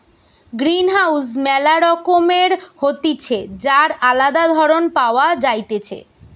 greenhouse ম্যালা রকমের হতিছে যার আলদা ধরণ পাওয়া যাইতেছে